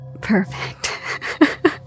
Perfect